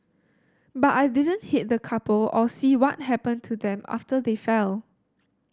but I didn't hit the couple or see what happened to them after they fell